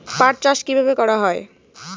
পাট চাষ কীভাবে করা হয়?